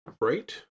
right